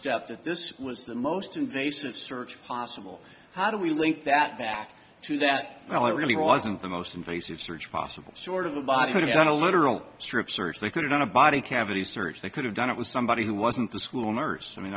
step that this was the most invasive search possible how do we link that back to that well it really wasn't the most invasive search possible sort of a body put on a literal strip search they could on a body cavity search they could have done it was somebody who wasn't the school nurse i mean